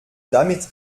damit